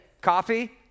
Coffee